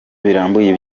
birambuye